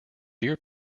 deer